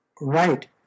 Right